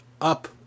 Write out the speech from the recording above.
up